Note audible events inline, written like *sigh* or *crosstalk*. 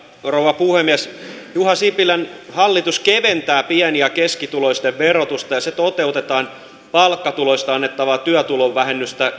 rouva puhemies juha sipilän hallitus keventää pieni ja keskituloisten verotusta ja se toteutetaan palkkatuloista annettavaa työtulovähennystä *unintelligible*